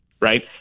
right